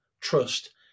trust